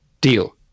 Deal